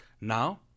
Now